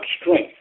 strength